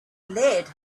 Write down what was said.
lead